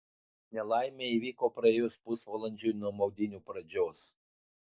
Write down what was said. nelaimė įvyko praėjus pusvalandžiui nuo maudynių pradžios